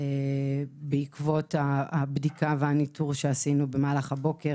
בעקבות הבדיקה והניטור שעשינו במהלך הבוקר